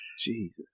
Jesus